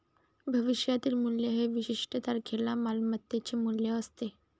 भविष्यातील मूल्य हे विशिष्ट तारखेला मालमत्तेचे मूल्य असते